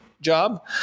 job